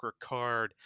Ricard